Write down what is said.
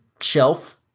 shelf